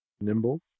Nimble